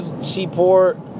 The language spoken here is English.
Seaport